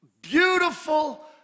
Beautiful